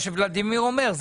מה שוולדימיר אומר,